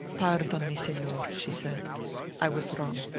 pardon me, senor, she said i was wrong.